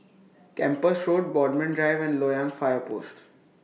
Kempas Road Bodmin Drive and Loyang Fire Post